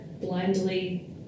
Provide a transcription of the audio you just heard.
blindly